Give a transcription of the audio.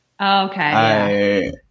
Okay